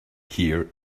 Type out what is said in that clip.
here